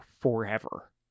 forever